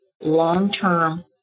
long-term